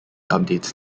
updates